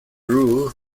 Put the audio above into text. rule